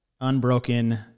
unbroken